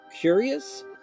curious